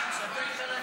צודק.